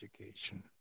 education